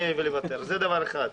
זה דבר אחד.